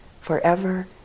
forever